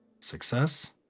Success